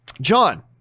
John